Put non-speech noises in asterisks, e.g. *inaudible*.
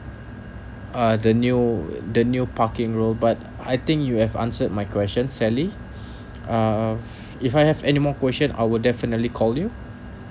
uh the new the new parking role but I think you have answered my question sally *breath* uh if I have anymore question I will definitely call you